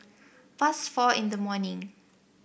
past four in the morning